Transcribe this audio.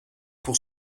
pour